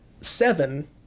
Seven